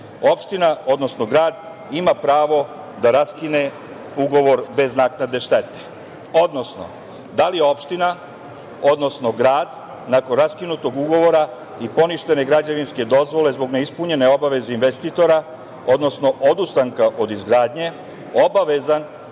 opština, odnosno grad ima pravo da raskine ugovor bez naknade štete? Da li je opština, odnosno grad, nakon raskinutog ugovora i poništene građevinske dozvole zbog neispunjene obaveze investitora, odnosno odustanka od izgradnje obavezan